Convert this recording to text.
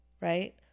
Right